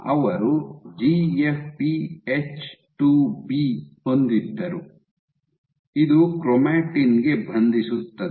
ಅವರು GFP H two B ಹೊಂದಿದ್ದರು ಇದು ಕ್ರೊಮಾಟಿನ್ ಗೆ ಬಂಧಿಸುತ್ತದೆ